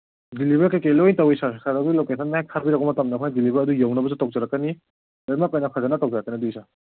deliver ꯀꯔꯤ ꯀꯔꯤ ꯂꯣꯏꯅ ꯇꯧꯋꯤ ꯁꯥꯔ ꯁꯥꯔ ꯍꯣꯏꯅ ꯂꯣꯀꯦꯁꯟ ꯍꯦꯛ ꯊꯥꯕꯤꯔꯛꯄ ꯃꯇꯝꯗ ꯑꯩꯈꯣꯏꯅ ꯗꯤꯂꯤꯕꯔ ꯑꯗꯨ ꯌꯧꯅꯕꯁꯨ ꯇꯧꯖꯔꯛꯀꯅꯤ ꯂꯣꯏꯃꯛ ꯐꯖꯅ ꯇꯧꯖꯔꯛꯀꯅꯤ ꯑꯗꯨ ꯁꯥꯔ